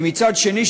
ומצד שני,